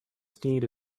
steed